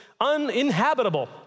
uninhabitable